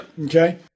Okay